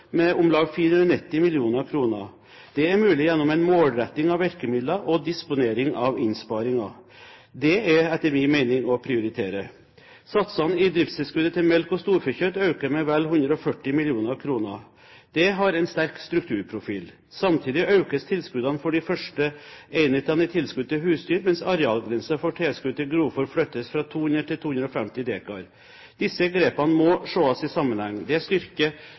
med om lag 490 mill. kr. Det er mulig gjennom en målretting av virkemidlene og disponering av innsparinger. Det er etter min mening å prioritere. Satsene i driftstilskuddet til melk og storfekjøtt øker med vel 140 mill. kr. Det har en sterk strukturprofil. Samtidig økes tilskuddene for de første enhetene i tilskudd til husdyr, mens arealgrensen for tilskudd til grovfôr flyttes fra 200 til 250 dekar. Disse grepene må ses i sammenheng. Det styrker kompensasjonen for skalaulemper, som særlig er